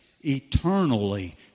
eternally